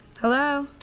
hello?